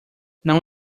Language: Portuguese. não